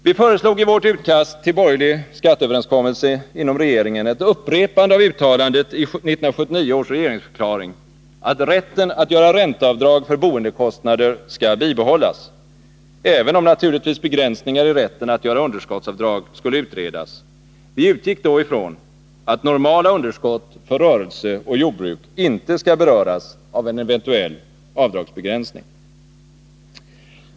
Vi föreslog i vårt utkast till borgerlig skatteöverenskommelse inom regeringen ett upprepande av uttalandet i 1979 års regeringsförklaring att rätten att göra ränteavdrag för boendekostnader skall bibehållas, även om naturligtvis begränsningar i rätten att göra underskottsavdrag skulle utredas — vi utgick då ifrån att normala underskott för rörelse och jordbruk icke skall beröras av en eventuell avdragsbegränsning.